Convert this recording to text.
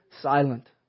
silent